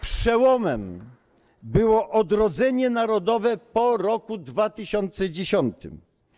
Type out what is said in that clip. Przełomem było odrodzenie narodowe po roku 2010.